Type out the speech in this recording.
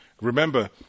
remember